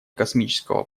космического